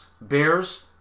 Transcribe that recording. Bears